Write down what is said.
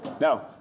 No